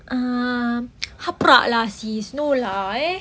um haprak lah sis no lah eh